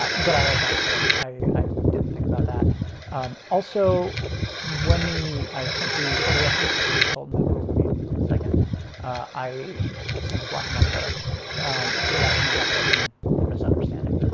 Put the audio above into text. did i let that slip i i didn't think about that. um also when we i sent the photo reference for sultan abdul hamid second i sent a black and white photo so that kind of left open for misunderstanding